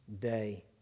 Day